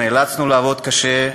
נאלצנו לעבוד קשה,